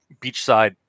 beachside